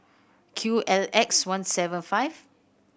Q L X one seven five